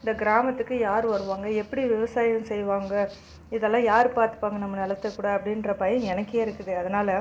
இந்த கிராமத்துக்கு யார் வருவாங்கள் எப்படி விவசாயம் செய்வாங்கள் இதெலாம் யார் பார்த்துப்பாங்க நம்ம நிலத்த கூட அப்படின்ற பயம் எனக்கே இருக்குது அதனால்